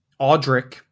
Audric